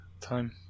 time